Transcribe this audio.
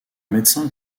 médecin